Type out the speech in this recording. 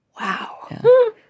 Wow